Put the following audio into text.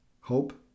hope